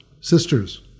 sisters